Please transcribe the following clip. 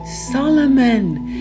Solomon